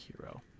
hero